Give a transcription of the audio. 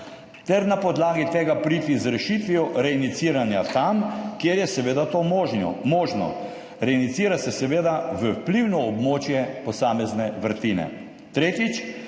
ter na podlagi tega priti z rešitvijo reinjiciranja tam, kjer je seveda to možno. Reinjicira se seveda v vplivno območje posamezne vrtine. Tretjič.